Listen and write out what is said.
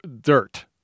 dirt